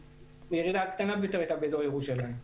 והירידה הקטנה ביותר הייתה באזור ירושלים.